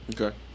okay